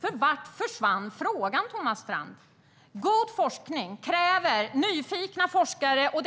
För vart tog frågan vägen, Thomas Strand? God forskning kräver nyfikna forskare och